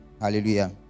Hallelujah